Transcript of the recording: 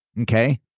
Okay